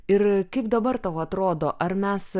ir kaip dabar tau atrodo ar mes